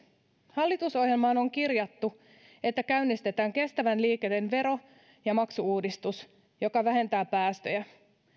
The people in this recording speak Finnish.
hallitusohjelmaan on kirjattu käynnistetään kestävän liikenteen vero ja maksu uudistus joka vähentää päästöjä